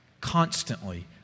constantly